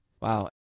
Wow